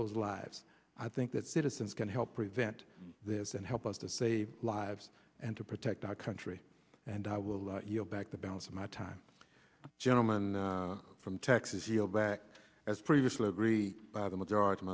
those lives i think that citizens can help prevent this and help us to save lives and to protect our country and i will let you know back the balance of my time gentleman from texas he'll back as previously agreed by the majority